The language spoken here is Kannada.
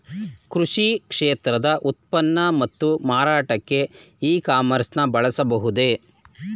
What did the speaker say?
ಕೃಷಿ ಕ್ಷೇತ್ರದ ಉತ್ಪನ್ನ ಮತ್ತು ಮಾರಾಟಕ್ಕೆ ಇ ಕಾಮರ್ಸ್ ನ ಬಳಸಬಹುದೇ?